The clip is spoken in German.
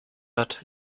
hat